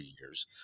years